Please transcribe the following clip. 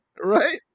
right